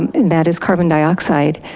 and that is carbon dioxide,